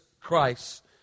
Christ